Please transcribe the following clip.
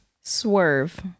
Swerve